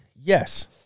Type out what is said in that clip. Yes